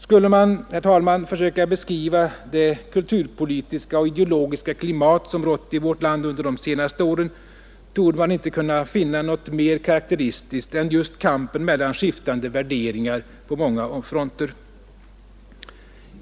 Skulle man, herr talman, försöka beskriva det kulturpolitiska och ideologiska klimat som rått i vårt land under de senaste åren torde man inte kunna finna något mera karakteristiskt än just kampen mellan skiftande värderingar på många fronter.